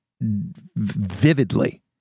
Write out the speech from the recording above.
vividly